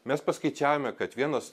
mes paskaičiavome kad vienas